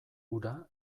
ura